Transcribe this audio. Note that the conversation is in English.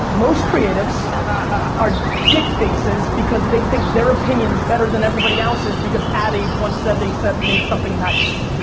most creatives are dick faces because they think their opinion's better than everybody else's because adage one said they said made something nice.